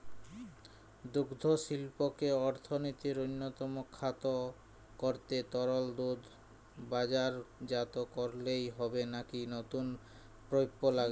দুগ্ধশিল্পকে অর্থনীতির অন্যতম খাত করতে তরল দুধ বাজারজাত করলেই হবে নাকি নতুন পণ্য লাগবে?